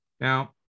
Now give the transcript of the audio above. Now